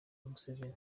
museveni